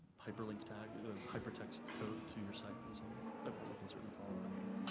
hyperlink tags or hypertext code to your site and so on but we can certainly follow up after.